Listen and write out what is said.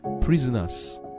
Prisoners